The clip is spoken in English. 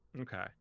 okay